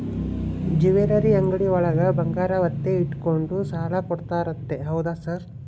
Jewellery ಅಂಗಡಿಯೊಳಗ ಬಂಗಾರ ಒತ್ತೆ ಇಟ್ಕೊಂಡು ಸಾಲ ಕೊಡ್ತಾರಂತೆ ಹೌದಾ ಸರ್?